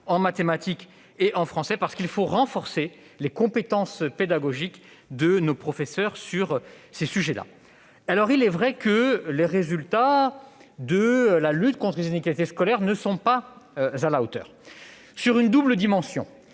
en mathématiques et en français, parce qu'il faut renforcer les compétences pédagogiques de nos professeurs dans ces matières. Certes, les résultats de la lutte contre les inégalités scolaires ne sont pas à la hauteur, et cela d'un double point